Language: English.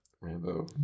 Rambo